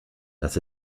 das